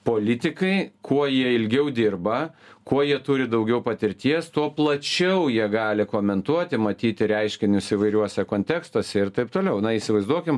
politikai kuo jie ilgiau dirba kuo jie turi daugiau patirties tuo plačiau jie gali komentuoti matyti reiškinius įvairiuose kontekstuose ir taip toliau na įsivaizduokim